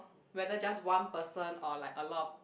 whether just one person or like a lot